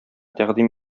тәкъдим